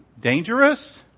dangerous